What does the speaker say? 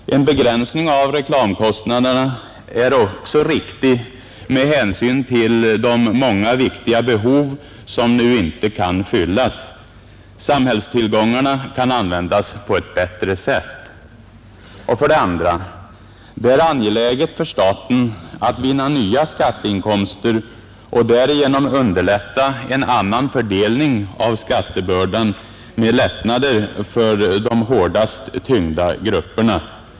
En begränsning av reklamkostnaderna är också riktig med hänsyn till de många viktiga behov som nu inte kan fyllas. Samhällstillgångarna kan användas på ett bättre sätt. För det andra är det angeläget för staten att vinna nya skatteinkomster och därigenom underlätta en annan fördelning av skattebördan med lättnader för de hårdast tyngda grupperna.